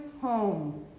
home